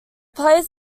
plays